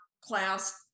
class